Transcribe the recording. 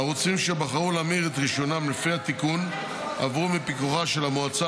הערוצים שבחרו להמיר את רישיונם לפי התיקון עברו מפיקוחה של המועצה